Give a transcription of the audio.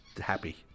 happy